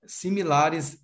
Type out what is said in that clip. similares